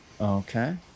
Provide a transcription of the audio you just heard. Okay